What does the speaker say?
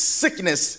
sickness